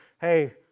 hey